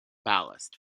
ballast